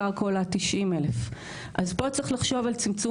הקרקע עולה 90,000. אז פה צריך לחשוב על צמצום